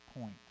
point